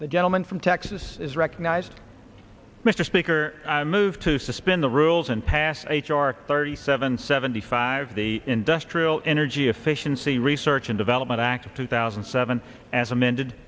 the gentleman from texas is recognized mr speaker i move to suspend the rules and pass h r thirty seven seventy five the industrial energy efficiency research and development act of two thousand and seven as amended